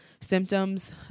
symptoms